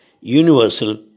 universal